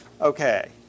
Okay